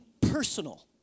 personal